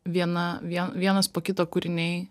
viena vien vienas po kito kūriniai